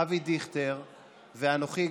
אבי דיכטר ואנוכי,